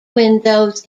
windows